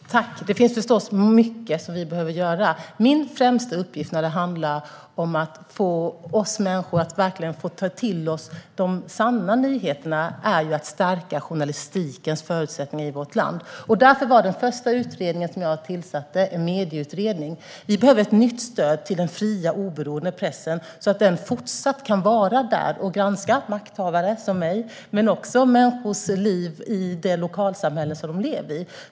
Herr talman! Det finns förstås mycket som vi behöver göra. Min främsta uppgift när det handlar om att få oss människor att verkligen ta till oss de sanna nyheterna är att stärka journalistikens förutsättningar i vårt land. Därför var den första utredningen som jag tillsatte en medieutredning. Vi behöver ett nytt stöd till den fria, oberoende pressen så att den fortsatt kan vara där och granska makthavare, som jag, men också människors liv i det lokalsamhälle som vi lever i.